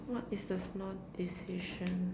what is the small decision